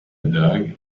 dog